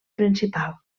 principal